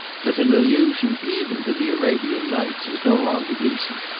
that an allusion even to the arabian nights is no longer decent.